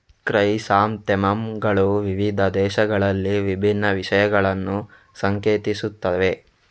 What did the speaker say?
chrysanthemum ಗಳು ವಿವಿಧ ದೇಶಗಳಲ್ಲಿ ವಿಭಿನ್ನ ವಿಷಯಗಳನ್ನು ಸಂಕೇತಿಸುತ್ತವೆ